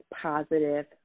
positive